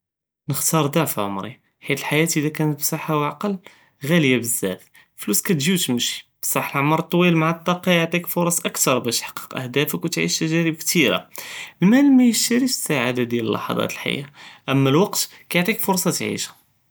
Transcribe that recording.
נקטר דועף עמרי חית אלחייאה אם קנת בסחה ו عقل ג'ליה בזאף, אלפלוס קטג'י ו תמשי בסח אלעמר אלטוויל מע אלטאקה יעטיכ פורصא אכתר באש תחקק אחדאףכ ותעיש תג'ארב קטירה, אלמאל מישטריש אלסעדה דיאל אללחזאת אלחיה אמה אלקות קיעטיך פורصא תעישהא.